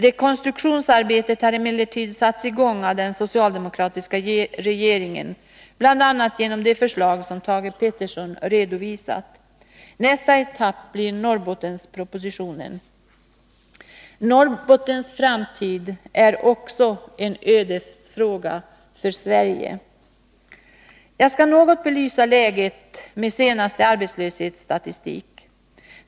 Rekonstruktionsarbetet har emellertid satts i gång av den socialdemokratiska regeringen, bl.a. genom det förslag som Thage Peterson redovisat. Nästa etapp blir Norrbottenspro 37 positionen. Norrbottens framtid är även en ödesfråga för Sverige. Jag skall något belysa läget med den senaste arbetslöshetsstatistiken.